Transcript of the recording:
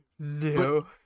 No